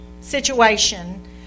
situation